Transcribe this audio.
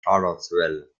charlottesville